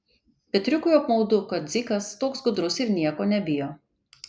petriukui apmaudu kad dzikas toks gudrus ir nieko nebijo